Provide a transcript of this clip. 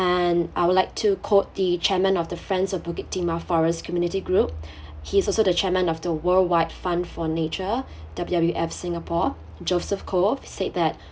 and I would like to quote the chairman of the friends of bukit timah forest community group he is also the chairman of the worldwide fund for nature W_W_F singapore joseph cove said that